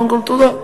קודם כול, תודה.